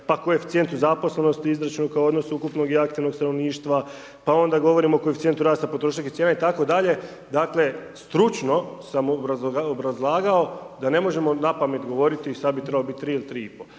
pa koeficijentu zaposlenosti izračun kao odnos ukupnog i aktivnog stanovništva. Pa onda govorimo o koeficijentu rasta potrošnje … /ne razumije se/… itd. Dakle, stručno sam obrazlagao da ne možemo na pamet govoriti sada bi trebalo biti 3 ili 3